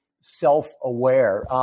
self-aware